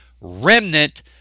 remnant